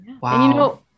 wow